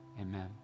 Amen